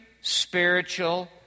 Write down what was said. spiritual